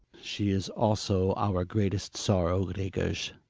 she is also our greatest sorrow, gregers.